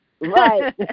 Right